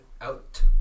out